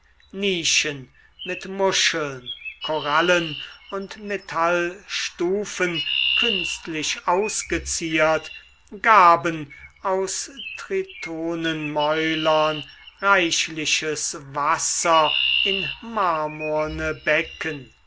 nischen mit muscheln korallen und metallstufen künstlich ausgeziert gaben aus tritonenmäulern reichliches wasser in marmorne becken